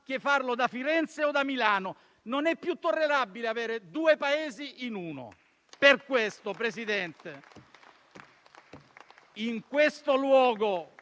che farlo da Firenze o da Milano. Non è più tollerabile avere due Paesi in uno. Per questo, Presidente, in questo luogo,